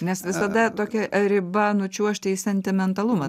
nes visada tokia riba nučiuožti į sentimentalumą